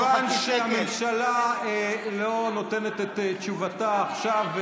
מכיוון שהממשלה לא נותנת את תשובתה עכשיו,